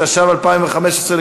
התשע"ו 2015,